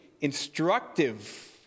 instructive